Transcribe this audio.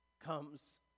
comes